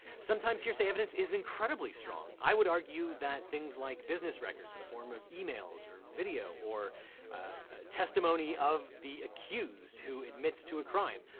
sometimes hearsay evidence is incredibly strong. i would argue that things like business records in the form of emails or video or testimony of the accused who admits to a crime,